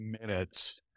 minutes